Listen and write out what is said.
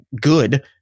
good